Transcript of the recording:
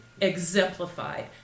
exemplified